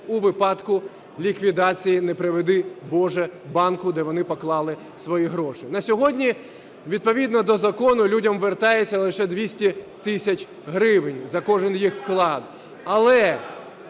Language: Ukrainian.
у випадку ліквідації, не приведи боже, банку, де вони поклали свої гроші. На сьогодні відповідно до закону людям вертається лише 200 тисяч гривень за кожен їх вклад.